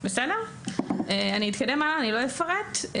אני אתקדם הלאה, אני לא אפרט.